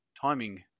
Timing